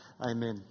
Amen